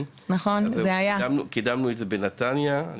קידמנו את זה בנתניה.